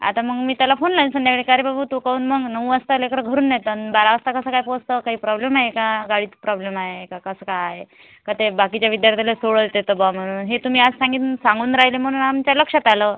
आता मग मी त्याला फोन लावीन संध्याकाळी का रे बाबु तू कोऊन म्हणून नऊ वाजता लेकराला घरून नेता न् बारा वाजता कसा काय पोहोचतो काही प्रॉब्लेम आहे का गाडीत प्रॉब्लेम आहे का कसं काय का ते बाकीच्या विद्यार्थ्याला सोडत येतं बा म्हणून हे तुम्ही आज सांगीनं सांगून राहिले म्हणून आमच्या लक्षात आलं